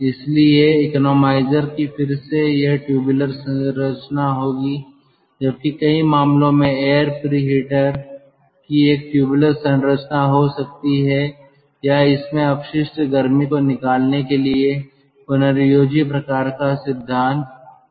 इसलिए इकोनोमाइजर की फिर से यह ट्यूबलर संरचना होगी जबकि कई मामलों में एयर प्रीहेटर की एक ट्यूबलर संरचना हो सकती है या इसमें अपशिष्ट गर्मी को निकालने के लिए पुनर्योजी प्रकार का सिद्धांत हो सकता है